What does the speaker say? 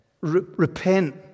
Repent